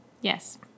Yes